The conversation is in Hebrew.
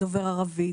דובר ערבית.